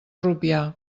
rupià